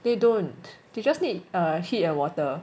they don't they just need err heat and water